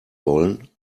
wollen